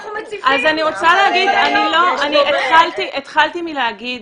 אני התחלתי מלהגיד,